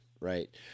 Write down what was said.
right